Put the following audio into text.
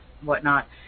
whatnot